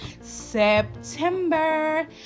september